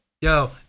Yo